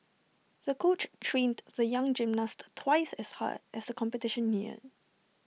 the coach trained the young gymnast twice as hard as the competition neared